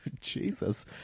Jesus